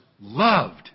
loved